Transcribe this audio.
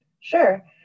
Sure